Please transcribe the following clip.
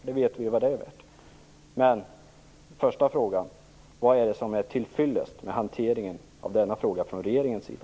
Vi vet ju vad det är värt. Men den första frågan är: Vad är det som är till fyllest med hanteringen av denna fråga från regeringens sida?